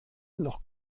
noch